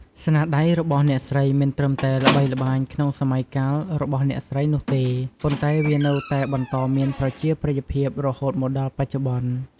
ស្នាដៃរបស់អ្នកស្រីមិនត្រឹមតែល្បីល្បាញក្នុងសម័យកាលរបស់អ្នកស្រីនោះទេ ប៉ុន្តែវានៅតែបន្តមានប្រជាប្រិយភាពរហូតមកដល់បច្ចុប្បន្ន។